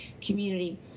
community